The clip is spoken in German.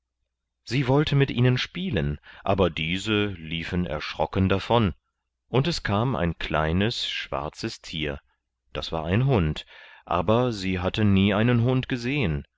sie wollte mit ihnen spielen aber diese liefen erschrocken davon und es kam ein kleines schwarzes tier das war ein hund aber sie hatte nie einen hund gesehen